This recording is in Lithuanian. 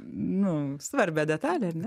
nu svarbią detalę ar ne